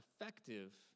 effective